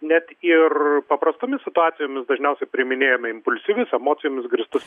net ir paprastomis situacijomis dažniausiai priiminėjame impulsyvius emocijomis grįstus